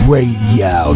Radio